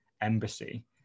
embassy